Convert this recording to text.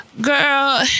girl